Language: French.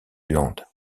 land